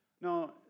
No